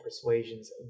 persuasions